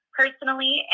personally